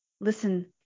listen